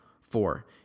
Four